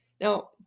now